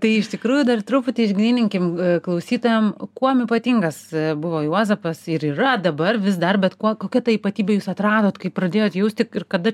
tai iš tikrųjų dar truputį išgryninkim klausytojam kuom ypatingas buvo juozapas ir yra dabar vis dar bet kuo kokia ta ypatybę jūs atradot kaip pradėjot jausti ir kada